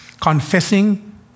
Confessing